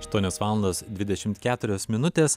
aštuonios valandos dvidešimt keturios minutės